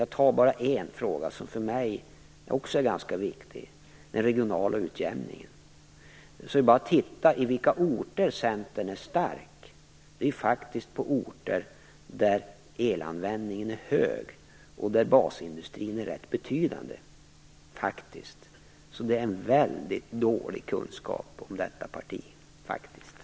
Jag skall bara nämna en fråga som är ganska viktig även för mig, nämligen den regionala utjämningen. Man kan bara se efter på vilka orter som Centern är stark. Det är faktiskt på orter där elanvändningen är hög, och där basindustrin är rätt betydande. Det är därför en mycket dålig kunskap som Marietta de Pourbaix Lundin har om detta parti.